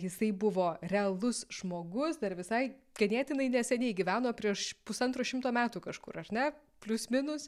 jisai buvo realus žmogus dar visai ganėtinai neseniai gyveno prieš pusantro šimto metų kažkur ar ne plius minus